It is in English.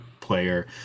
player